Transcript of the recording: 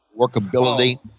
workability